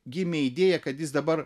gimė idėja kad jis dabar